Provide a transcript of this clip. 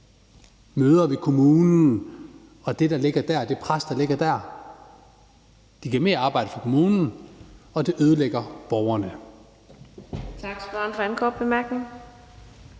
møder ved kommunen og det pres, der ligger der? Det giver mere arbejde for kommunen, og det ødelægger borgerne.